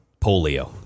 polio